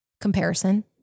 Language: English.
comparison